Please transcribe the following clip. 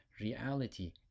reality